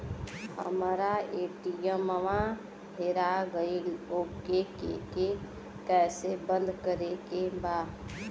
हमरा ए.टी.एम वा हेरा गइल ओ के के कैसे बंद करे के बा?